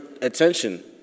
attention